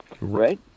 right